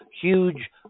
huge